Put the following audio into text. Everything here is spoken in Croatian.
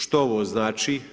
Što ovo znači?